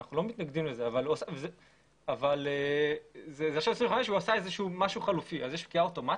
אנחנו לא מתנגדים לזה אבל יש פקיעה אוטומטית?